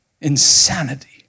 insanity